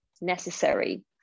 necessary